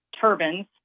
turbines